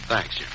Thanks